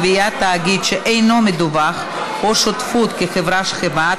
קביעת תאגיד שאינו מדווח או שותפות כחברת שכבה),